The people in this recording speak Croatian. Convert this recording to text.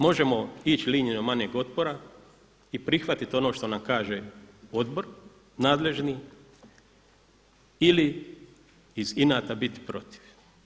Možemo ići linijom manjeg otpora i prihvatit ono što nam kaže odbor nadležni ili iz inata biti protiv.